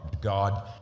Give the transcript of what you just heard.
God